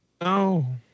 No